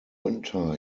winter